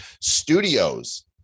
studios